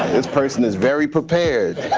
this person is very prepared